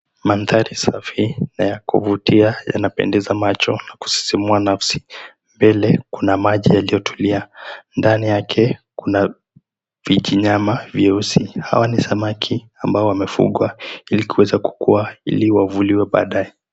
Manthari safi na yakuvutia yanapendeza macho na kusisimua nafsi. Mbele, kuna maji yaliyotulia. Ndani, kuna vijinyama vyeusi. Hawa ni samaki ambao wamefugwa ili kuweza kukua ili wavuliwe baadaye.